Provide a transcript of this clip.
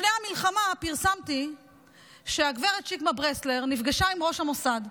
לפני המלחמה פרסמתי שגב' שקמה ברסלר נפגשה עם ראש המוסד.